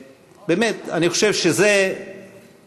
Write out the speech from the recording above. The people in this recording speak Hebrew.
ובאמת, אני חושב שזה מראה